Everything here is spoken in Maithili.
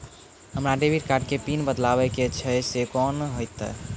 हमरा डेबिट कार्ड के पिन बदलबावै के छैं से कौन होतै?